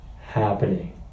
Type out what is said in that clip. happening